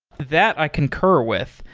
that i concur with.